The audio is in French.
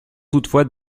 toutefois